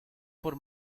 por